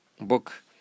book